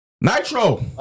Nitro